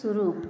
शुरू